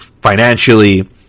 financially